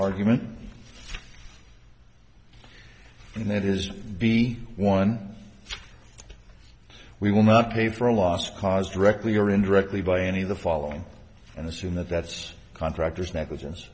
argument and that is be one we will not pay for a lost cause directly or indirectly by any of the following and assume that that's contractor's negligence